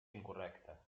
incorrectes